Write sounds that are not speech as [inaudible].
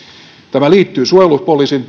tämä liittyy suojelupoliisin [unintelligible]